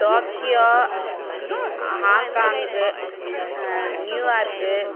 Tokyo Hong Kong New York